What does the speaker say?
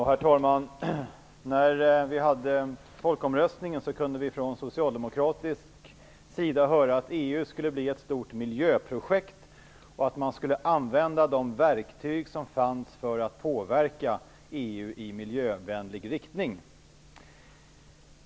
Herr talman! När vi hade folkomröstningen kunde vi från socialdemokratisk sida höra att EU skulle bli ett stort miljöprojekt och att man skulle använda de verktyg som fanns för att påverka EU i miljövänlig riktning.